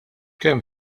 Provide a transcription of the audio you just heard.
kemm